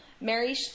Mary